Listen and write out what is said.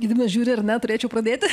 gediminas žiūri ar ne turėčiau pradėti